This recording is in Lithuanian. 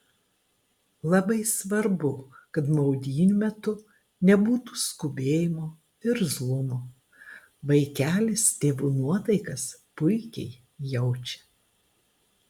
labai svarbu kad maudynių metu nebūtų skubėjimo irzlumo vaikelis tėvų nuotaikas puikiai jaučia